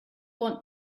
want